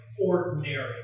ordinary